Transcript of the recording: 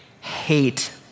hate